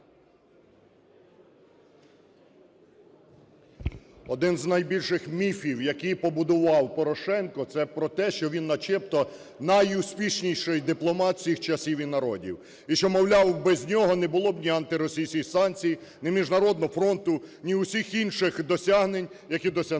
Один з найбільших міфів, які побудував Порошенко, – це про те, що він начебто найуспішніший дипломат всіх часів і народів і що, мовляв, без нього не було б ні антиросійських санкцій, ні міжнародного фронту, ні усіх інших досягнень, які досягнула